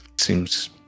Seems